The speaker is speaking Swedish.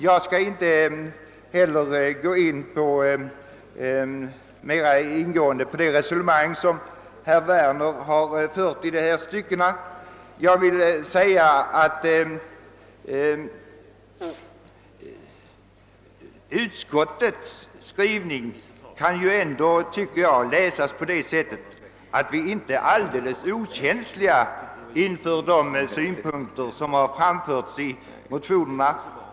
Jag skall inte heller närmare gå in på det resonemang som herr Werner fört i dessa stycken. Jag vill bara säga att utskottets skrivning ändå visar, att vi inte är alldeles okänsliga inför de synpunkter som framförts i motionerna.